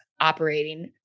operating